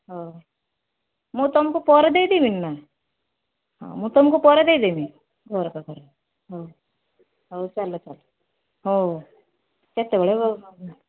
ହଉ ମୁଁ ତମକୁ ପରେ ଦେଇ ଦେବିନିନା ହଁ ମୁଁ ତମକୁ ପରେ ଦେଇଦେମି ଘର ପାଖରେ ହଉ ଆଉ ଚାଲ ଚାଲ ହଉ କେତେବେଳେ ବା